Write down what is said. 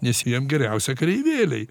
nes jiem geriausia kareivėliai